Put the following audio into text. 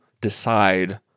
decide